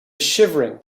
shivering